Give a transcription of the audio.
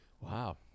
Wow